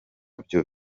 byo